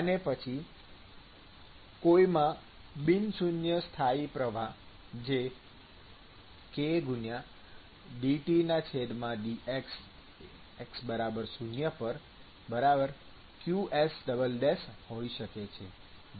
અને પછી કોઈમાં બિન શૂન્ય સ્થાયી પ્રવાહ જે kdTdx|x0qs હોઈ શકે છે જ્યાં qs અચાળાંક છે